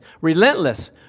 relentless